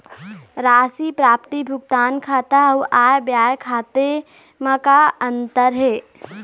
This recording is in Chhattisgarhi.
राशि प्राप्ति भुगतान खाता अऊ आय व्यय खाते म का अंतर हे?